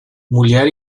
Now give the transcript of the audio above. mulher